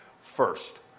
first